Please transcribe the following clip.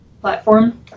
platform